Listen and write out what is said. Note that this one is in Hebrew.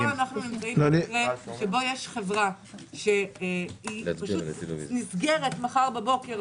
אנחנו במתווה שיש חברה שנסגרת מחר בבוקר,